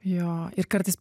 jo ir kartais